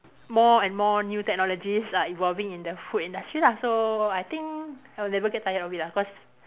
more and more new technologies are evolving in the food industry lah so I think I'll never get tired of it ah cause